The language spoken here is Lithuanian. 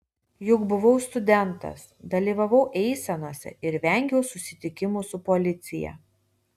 juk buvau studentas dalyvavau eisenose ir vengiau susitikimų su policija